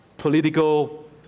political